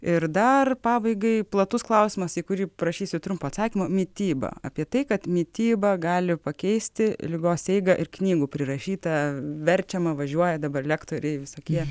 ir dar pabaigai platus klausimas į kurį prašysiu trumpo atsakymo mityba apie tai kad mityba gali pakeisti ligos eigą ir knygų prirašyta verčiama važiuoja dabar lektoriai visokie